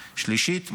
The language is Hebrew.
שלישית,